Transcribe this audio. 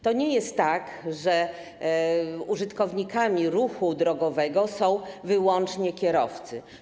To nie jest tak, że użytkownikami ruchu drogowego są wyłącznie kierowcy.